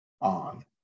on